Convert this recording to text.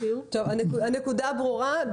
הנקודה ברורה.